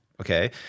Okay